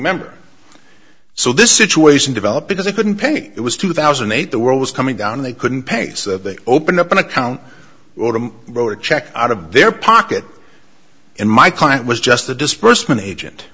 member so this situation developed because they couldn't pay me it was two thousand and eight the world was coming down they couldn't pace of they open up an account or them wrote a check out of their pocket in my client was just the dispersement agent